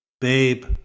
Babe